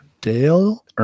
Dale